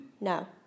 No